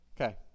okay